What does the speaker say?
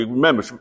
remember